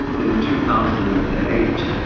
in two thousand and eight,